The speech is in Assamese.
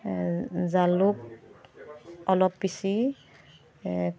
জালুক অলপ পিচি